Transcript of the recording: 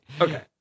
okay